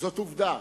זאת עובדה